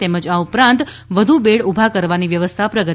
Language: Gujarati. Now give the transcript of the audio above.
તેમજ આ ઉપરાંત વધુ બેડ ઉભા કરવાની વ્યવસ્થા પ્રગતિમાં છે